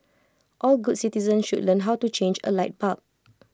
all good citizens should learn how to change A light bulb